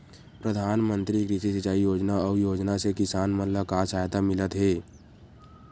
प्रधान मंतरी कृषि सिंचाई योजना अउ योजना से किसान मन ला का सहायता मिलत हे?